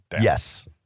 Yes